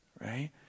Right